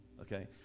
Okay